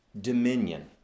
dominion